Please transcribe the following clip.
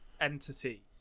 entity